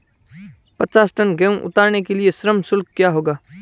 पचास टन गेहूँ उतारने के लिए श्रम शुल्क क्या होगा?